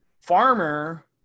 farmer